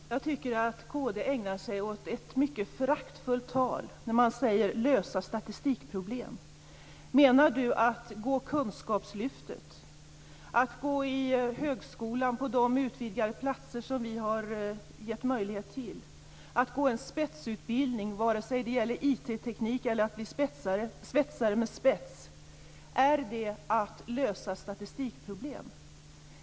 Herr talman! Jag tycker att Kristdemokraterna ägnar sig åt ett mycket föraktfullt tal när de säger: lösa statistikproblem. Menar Göran Hägglund att kunskapslyftet, att det ytterligare antal platser som vi har gett möjlighet till inom högskolan, att spetsutbildning, vare sig det gäller att lära sig IT-teknik eller att bli svetsare med spets, innebär att man löser statistikproblem?